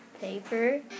Paper